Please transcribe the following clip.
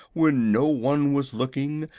when no one was looking,